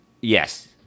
Yes